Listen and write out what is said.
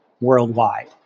worldwide